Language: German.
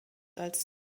als